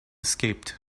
escaped